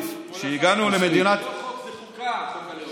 זה לא חוק, זה חוקה, חוק הלאום.